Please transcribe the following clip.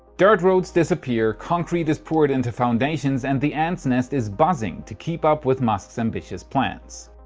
dirt roads disappear, concrete is poured into foundations, and the ants nest is buzzing to keep up with musk's ambitious plans.